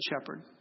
shepherd